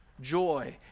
Joy